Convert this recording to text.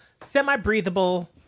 semi-breathable